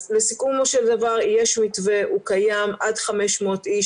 לסיכומו של דבר, יש מתווה, הוא קיים, עד 500 איש.